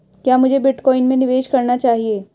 क्या मुझे बिटकॉइन में निवेश करना चाहिए?